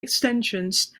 extensions